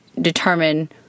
determine